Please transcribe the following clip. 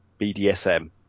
bdsm